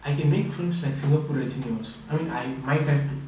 I can make films like singapore rajani was I mean I might have to